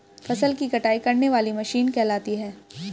फसल की कटाई करने वाली मशीन कहलाती है?